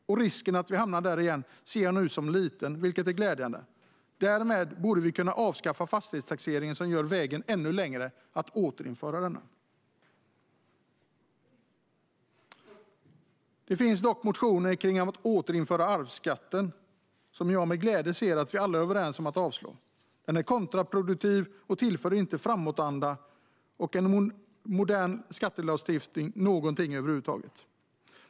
Risken att vi hamnar där igen ser jag nu som liten, vilket är glädjande. Därmed borde vi kunna avskaffa fastighetstaxeringen, vilket skulle göra vägen ännu längre till att återinföra fastighetsskatten. Det finns motioner om att återinföra arvsskatten som jag med glädje ser att vi alla är överens om att avslå. Arvsskatten är kontraproduktiv och tillför inte någonting över huvud taget till framåtanda eller modern skattelagstiftning.